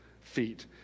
feet